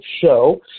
show